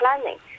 planning